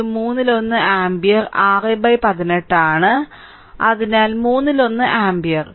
i1 മൂന്നിലൊന്ന് ampere 618 ആണ് മൂന്നിലൊന്ന് ആമ്പിയർ